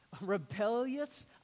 rebellious